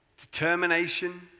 determination